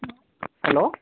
hello